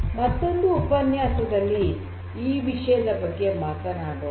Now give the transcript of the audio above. ಮತ್ತೊಂದು ಉಪನ್ಯಾಸದಲ್ಲಿ ಈ ವಿಷಯದ ಬಗ್ಗೆ ಮಾತನಾಡೋಣ